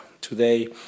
today